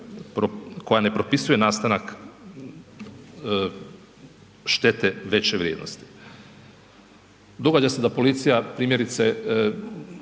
koja ne propisuje nastanak štete veće vrijednosti. Događa se da policija primjerice